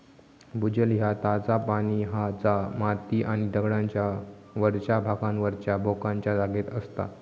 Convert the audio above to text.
भूजल ह्या ताजा पाणी हा जा माती आणि दगडांच्या वरच्या भागावरच्या भोकांच्या जागेत असता